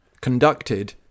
conducted